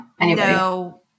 no